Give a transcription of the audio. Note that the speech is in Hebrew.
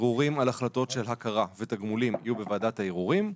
ערעורים על החלטות של הכרה ותגמולים יהיו בוועדת הערעורים,